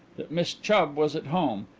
that miss chubb was at home,